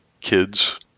kids